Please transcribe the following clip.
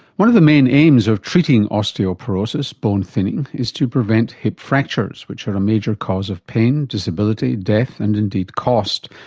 one of the main aims of treating osteoporosis bone thinning is to prevent hip fractures, which are a major cause of pain, disability, death, and indeed cost.